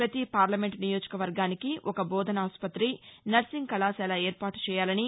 ప్రతి పార్లమెంట్ నియోజకవర్గానికి ఒక బోధనాస్పత్రి నర్సింగ్ కళాశాల ఏర్పాటు చేయాలని